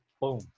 boom